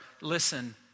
listen